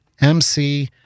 MC